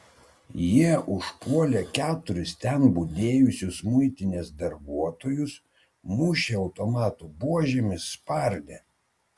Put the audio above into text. jie užpuolė keturis ten budėjusius muitinės darbuotojus mušė automatų buožėmis spardė